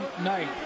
night